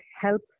help